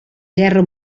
guerra